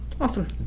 Awesome